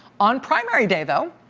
on primary day, though,